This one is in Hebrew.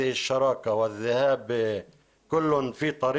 יחליטו לפרק את השותפות הזו וייכפה עלינו ללכת כל אחד לדרכו